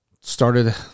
started